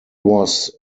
was